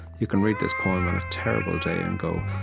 you can read this poem on a terrible day and go,